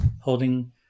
holding